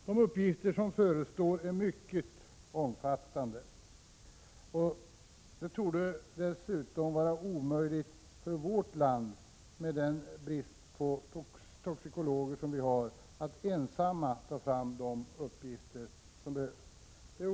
De uppgifter som förestår är mycket omfattande, och det torde vara omöjligt för oss i vårt land, med den brist vi har på toxikologer, att ensamma ta fram de uppgifter som behövs.